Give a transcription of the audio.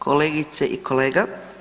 Kolegice i kolega.